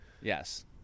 yes